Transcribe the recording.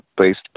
based